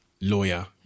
lawyer